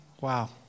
wow